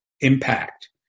impact